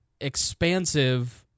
expansive